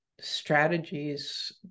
strategies